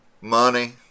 money